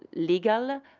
legal,